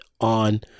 on